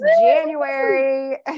January